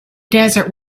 desert